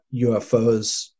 UFOs